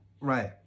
right